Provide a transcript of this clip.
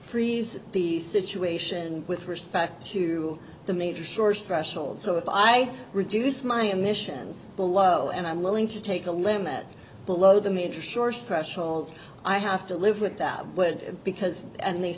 freeze the situation with respect to the major source threshold so if i reduce my emissions below and i'm willing to take the limit below the major shore special i have to live with that would because and they